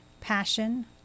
passion